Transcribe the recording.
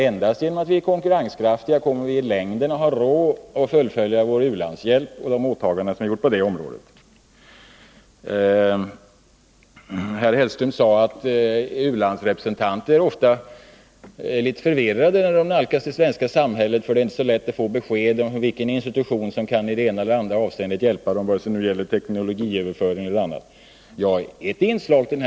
Endast om vi är konkurrenskraftiga kommer vi i längden att ha råd att fullfölja de åtaganden som vi har gjort i fråga om vår u-landshjälp. Herr Hellström sade att u-landsrepresentanter ofta är litet förvirrade när de nalkas det svenska samhället, för det är inte så lätt att få besked om vilken institution som i det ena eller det andra avseendet — vare sig det gäller teknologiöverföring eller annat — kan hjälpa dem.